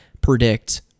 predict